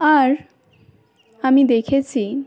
আর আমি দেখেছি